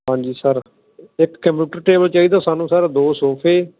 ਹਾਂ ਜੀ ਸਰ ਇੱਕ ਕੰਪਿਊਟਰ ਟੇਬਲ ਚਾਹੀਦਾ ਸਾਨੂੰ ਸਰ ਦੋ ਸੋਫੇ